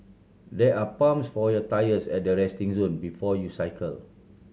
there are pumps for your tyres at the resting zone before you cycle